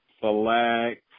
select